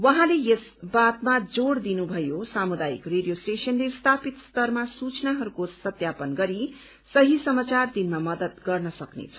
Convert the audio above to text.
उहाँले यस बातमा जोड़ दिनुभयो सामुदायिक रेडियो स्टेशनले स्थानीय स्तरमा सूचनाहरूको सत्यापन गरी सही समाचार दिनमा मदद गर्न सकनेछ